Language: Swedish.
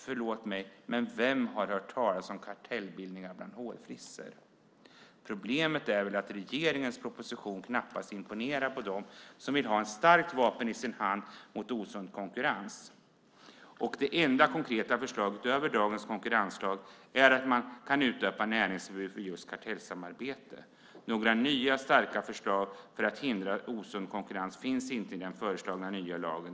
Förlåt mig, men vem har hört talas om kartellbildningar bland hårfrissor? Problemet är väl att regeringens proposition knappast imponerar på dem som vill ha ett starkt vapen i sin hand mot osund konkurrens. Det enda konkreta förslaget utöver dagens konkurrenslag är att man ska kunna ge näringsförbud för kartellsamarbete. Några nya starka förslag för att hindra osund konkurrens finns inte i den föreslagna nya lagen.